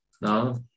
now